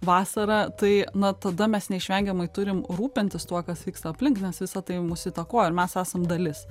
vasarą tai na tada mes neišvengiamai turim rūpintis tuo kas vyksta aplink nes visa tai mus įtakoja ir mes esam dalis